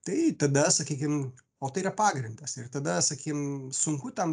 tai tada sakykim o tai yra pagrindas ir tada sakykim sunku tam